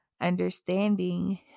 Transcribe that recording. Understanding